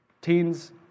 Teens